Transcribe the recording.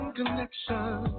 connection